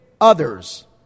others